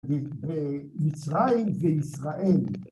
‫מצרים וישראל.